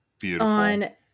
Beautiful